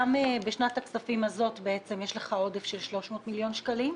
גם בשנת הכספים הזאת יש לך עודף של 300 מיליון שקלים,